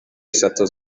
eshatu